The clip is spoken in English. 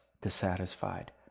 dissatisfied